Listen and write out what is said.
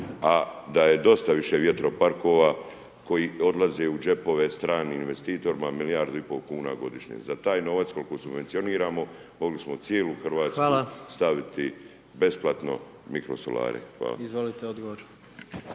a da je dosta više vjetroparkova koji odlaze u džepove stranim investitorima, milijardu i pol kuna godišnje, za taj novac koliko subvencioniramo, mogli smo u cijelu Hrvatsku staviti besplatno mikrosolare. Hvala. **Jandroković,